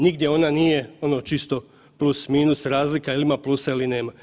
Nigdje ona nije ono čisto plus, minus, razlika, je li ima plusa ili nema.